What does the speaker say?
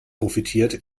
profitiert